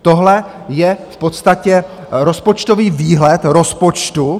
Tohle je v podstatě rozpočtový výhled rozpočtu.